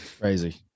Crazy